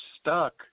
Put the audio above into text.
stuck